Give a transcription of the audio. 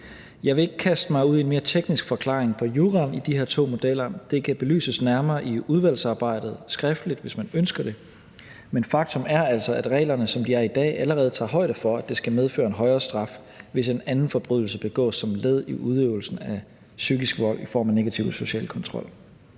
Jeg vil ikke kaste mig ud i en mere teknisk forklaring på juraen i de her to modeller. Det kan belyses nærmere i udvalgsarbejdet skriftligt, hvis man ønsker det, men faktum er altså, at reglerne, som de er i dag, allerede tager højde for, at det skal medføre en højere straf, hvis en anden forbrydelse begås som led i udøvelsen af psykisk vold i form af negativ social kontrol.